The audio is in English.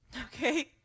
Okay